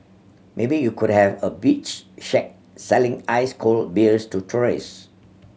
maybe you could have a beach shack selling ice cold beers to tourists